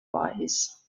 wise